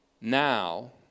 now